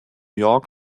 york